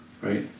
right